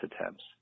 attempts